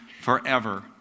forever